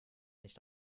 nicht